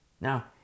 Now